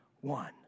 one